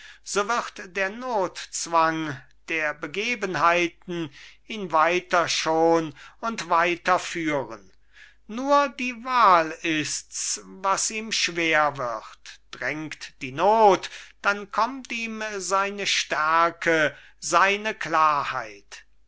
so wird der notzwang der begebenheiten ihn weiter schon und weiter führen nur die wahl ists was ihm schwer wird drängt die not dann kommt ihm seine stärke seine klarheit